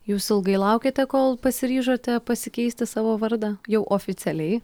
jūs ilgai laukėte kol pasiryžote pasikeisti savo vardą jau oficialiai